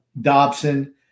Dobson